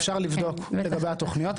אפשר לבדוק לגבי התוכניות.